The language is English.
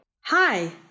Hi